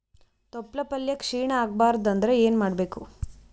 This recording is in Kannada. ತೊಪ್ಲಪಲ್ಯ ಕ್ಷೀಣ ಆಗಬಾರದು ಅಂದ್ರ ಏನ ಮಾಡಬೇಕು?